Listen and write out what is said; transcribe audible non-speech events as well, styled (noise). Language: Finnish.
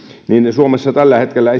suomessa tällä hetkellä (unintelligible)